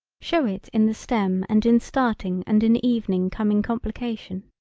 show it in the stem and in starting and in evening coming complication.